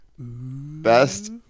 Best